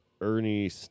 Ernie